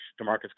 DeMarcus